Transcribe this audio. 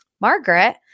Margaret